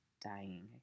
dying